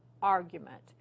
argument